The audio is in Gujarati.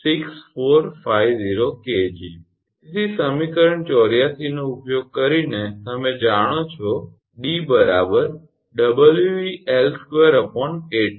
તેથી સમીકરણ 84 નો ઉપયોગ કરીને તમે જાણો છો 𝑑 𝑊𝑒𝐿2 8𝑇